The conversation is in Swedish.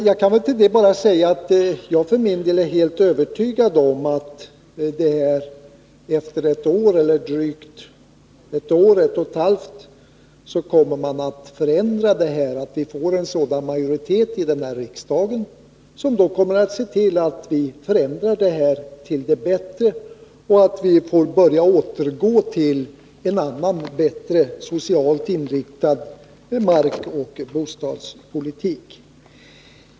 Jag vill till det bara säga att jag för min del är helt övertygad om att vi om ett år eller drygt det kommer att ändra beslutet, att vi alltså kommer att få en sådan majoritet här i riksdagen som vill förändra förhållandena till det bättre. Vi kan då återgå till en bättre och mer socialt inriktad markoch bostadspolitik.